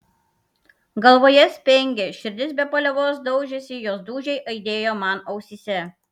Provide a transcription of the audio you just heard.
galvoje spengė širdis be paliovos daužėsi jos dūžiai aidėjo man ausyse